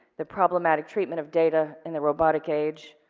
the problematic treatment of data in the robotic age.